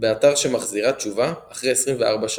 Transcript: באתר שמחזירה תשובה אחרי 24 שעות.